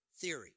theory